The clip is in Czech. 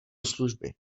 služby